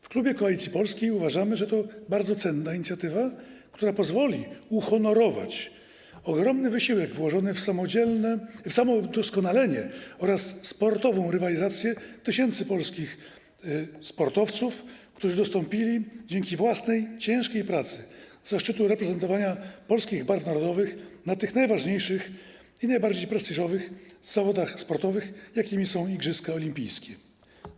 W klubie Koalicji Polskiej uważamy, że to bardzo cenna inicjatywa, która pozwoli uhonorować ogromny wysiłek włożony w samodoskonalenie oraz sportową rywalizację tysięcy polskich sportowców, którzy dostąpili dzięki własnej ciężkiej pracy zaszczytu reprezentowania polskich barw narodowych na tych najważniejszych i najbardziej prestiżowych zawodach sportowych, jakimi są igrzyska olimpijskie.